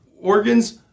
organs